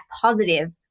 positive